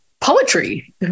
poetry